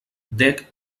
dek